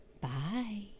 Bye